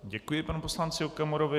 Děkuji panu poslanci Okamurovi.